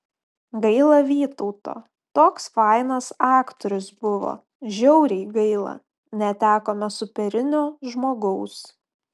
gaila vytauto toks fainas aktorius buvo žiauriai gaila netekome superinio žmogaus